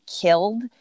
killed